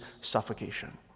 suffocation